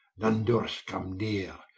none durst come neere,